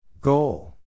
Goal